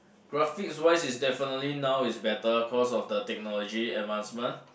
graphics wise is definitely now is better cause of the technology advancement